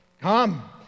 come